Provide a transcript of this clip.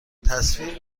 تصویر